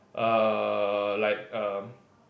uh like err